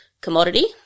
commodity